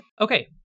Okay